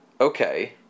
Okay